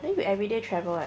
then you everyday travel